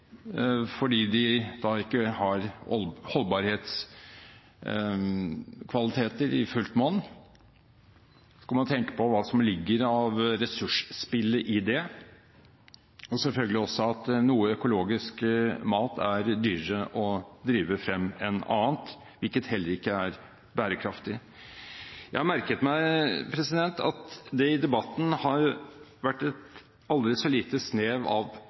fordi den ikke har holdbarhetskvaliteter i fullt monn. Man kan tenke på hva som ligger av ressursspille i det, og selvfølgelig også at noe økologisk mat er dyrere å drive frem enn annen mat, hvilket heller ikke er bærekraftig. Jeg merker meg at det i debatten har vært et aldri så lite snev av